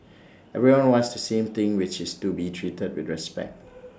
everybody wants same thing which is to be treated with respect